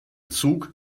zug